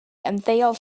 ymddeol